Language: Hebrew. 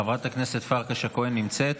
חברת הכנסת פרקש הכהן נמצאת?